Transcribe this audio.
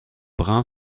brun